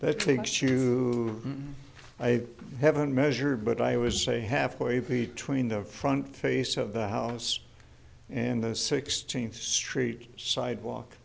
that takes you i haven't measured but i was say half way between the front face of the house and the sixteenth street sidewalk